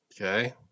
okay